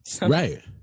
Right